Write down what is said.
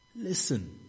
Listen